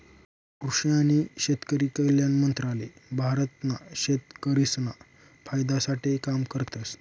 कृषि आणि शेतकरी कल्याण मंत्रालय भारत ना शेतकरिसना फायदा साठे काम करतस